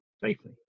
safely